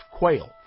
Quail